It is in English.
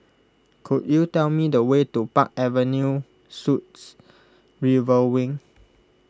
could you tell me the way to Park Avenue Suites River Wing